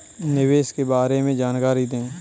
निवेश के बारे में जानकारी दें?